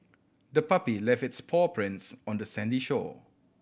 the puppy left its paw prints on the sandy shore